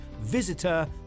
visitor